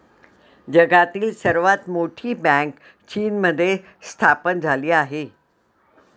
जगातील सर्वात मोठी बँक चीनमध्ये स्थापन झाली आहे